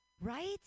Right